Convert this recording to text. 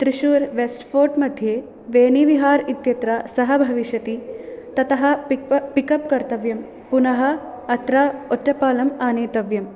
Thrissur west fort मध्ये वेनिविहार् इत्यत्र सः भविष्यति ततः पिक् पिकप् कर्तव्यं पुनः अत्र ओट्टपालम् आनेतव्यम्